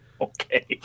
Okay